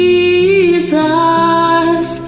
Jesus